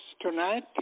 tonight